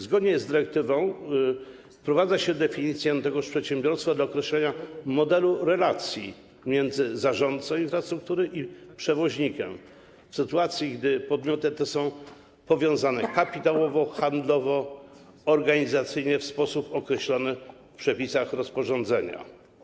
Zgodnie z dyrektywą wprowadza się definicję tegoż przedsiębiorstwa dla określenia modelu relacji między zarządcą infrastruktury i przewoźnikiem, w sytuacji gdy podmioty te są powiązane kapitałowo, handlowo i organizacyjnie, w sposób określony w przepisach rozporządzenia.